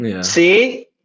see